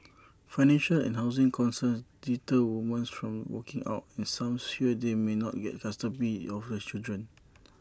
financial and housing concerns deter woman from walking out and some shear they may not get custody of the children